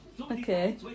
Okay